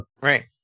right